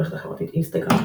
ברשת החברתית אינסטגרם